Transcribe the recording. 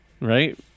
right